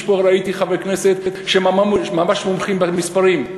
ראיתי פה חברי כנסת מומחים ממש במספרים: